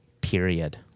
period